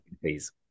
please